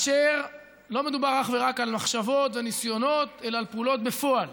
ולא מדובר רק על מחשבות וניסיונות אלא על פעולות בפועל.